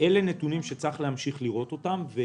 אלה נתונים שצריך להמשיך לראות אותם.